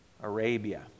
Arabia